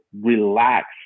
relax